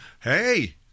hey